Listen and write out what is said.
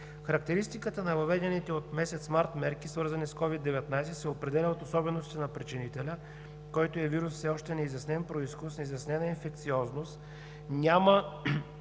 Характеристиката на въведените от месец март мерки, свързани с COVID-19, се определя от особеностите на причинителя, който е вирус с все още неизяснен произход, с неизяснена инфекциозност,